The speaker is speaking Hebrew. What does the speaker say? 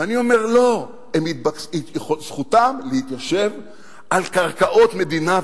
ואני אומר: לא, זכותם להתיישב על קרקעות מדינה.